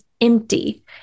empty